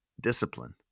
discipline